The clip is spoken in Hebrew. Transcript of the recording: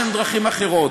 יש לנו דרכים אחרות.